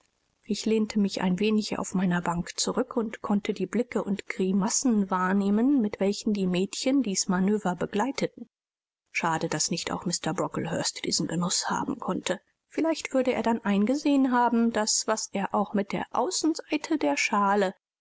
ich lehnte mich ein wenig auf meiner bank zurück und konnte die blicke und grimassen wahrnehmen mit welchen die mädchen dies manöver begleiteten schade daß nicht auch mr brocklehurst diesen genuß haben konnte vielleicht würde er dann eingesehen haben daß was er auch mit der außenseite der schale